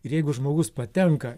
ir jeigu žmogus patenka